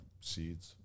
seeds